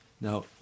Now